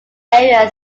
area